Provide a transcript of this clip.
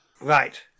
Right